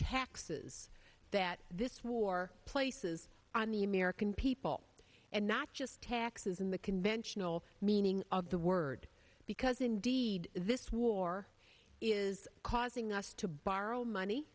taxes that this war places on the american people and not just taxes in the conventional meaning of the word because indeed this war is causing us to borrow money